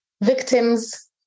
victims